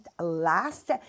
Last